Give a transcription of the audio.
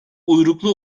uyruklu